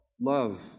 love